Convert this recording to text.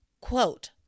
quote